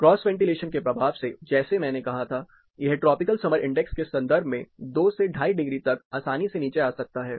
cross ventilation के प्रभाव से जैसे मैंने कहा था यह ट्रॉपिकल समर इंडेक्स के संदर्भ में 2 से 25 डिग्री तक आसानी से नीचे आ सकता है